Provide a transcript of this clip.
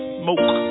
smoke